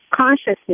consciousness